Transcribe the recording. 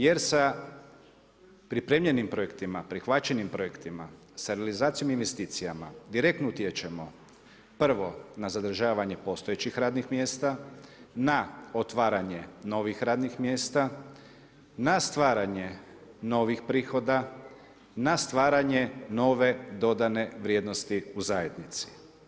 Jer sa pripremljenim projektima, prihvaćenim projektima sa realizacijom investicija direktno utječemo, prvo, na zadržavanje postojećih radnih mjesta, na otvaranje novih radnih mjesta, na stvaranje novih prihoda, na stvaranje nove dodane vrijednosti u zajednici.